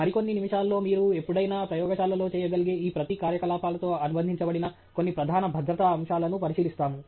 మరికొన్ని నిమిషాల్లో మీరు ఎప్పుడైనా ప్రయోగశాలలో చేయగలిగే ఈ ప్రతి కార్యకలాపాలతో అనుబంధించబడిన కొన్ని ప్రధాన భద్రతా అంశాలను పరిశీలిస్తాము